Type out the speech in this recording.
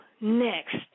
next